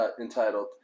entitled